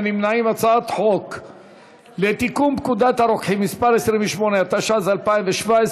חוק לתיקון פקודת הרוקחים (מס' 28), התשע"ז 2017,